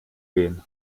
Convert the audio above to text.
gehen